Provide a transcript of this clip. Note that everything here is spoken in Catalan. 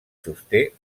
sosté